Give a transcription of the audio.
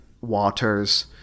Waters